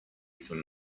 from